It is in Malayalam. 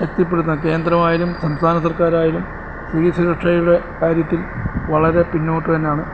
ശക്തിപ്പെടുത്താൻ കേന്ദ്രമായാലും സംസ്ഥാന സർക്കാരായാലും സ്ത്രീ സുരക്ഷയുടെ കാര്യത്തിൽ വളരെ പിന്നോട്ട് തന്നെയാണ്